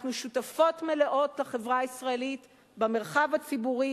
אנחנו שותפות מלאות לחברה הישראלית במרחב הציבורי.